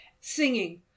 singing